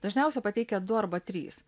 dažniausiai pateikia du arba trys